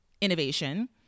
innovation